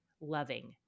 loving